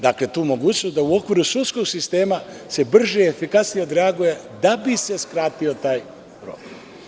Dakle, tu mogućnost da u okviru sudskog sistema se brže i efikasnije odreaguje, da bi se skratio taj rok.